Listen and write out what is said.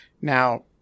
Now